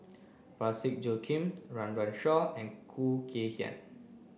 Parsick Joaquim Run Run Shaw and Khoo Kay Hian